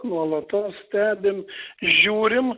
nuolatos stebim žiūrim